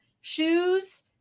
shoes